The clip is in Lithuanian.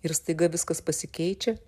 ir staiga viskas pasikeičia